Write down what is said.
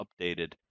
updated